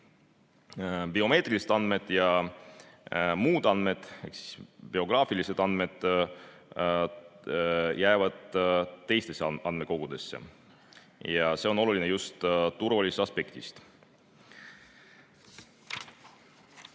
biomeetrilised andmed ja muud andmed. Biograafilised andmed jäävad teistesse andmekogudesse ja see on oluline just turvalisuse aspektist.